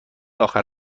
آخر